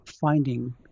finding